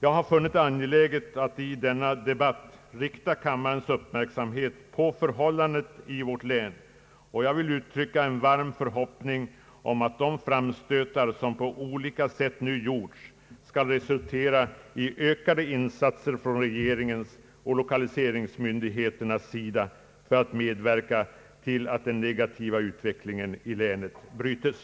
Jag har funnit det angeläget att i denna debatt rikta kammarens uppmärksamhet på förhållandet i Kopparbergs län, och jag vill uttrycka en varm förhoppning om att de framstötar som nu gjorts på olika sätt skall resultera i ökade insatser från regeringens och lokaliseringsmyndigheternas sida för att medverka till att den negativa utvecklingen i länet brytes.